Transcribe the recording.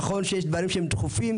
נכון שיש דברים שהם דחופים,